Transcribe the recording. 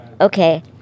Okay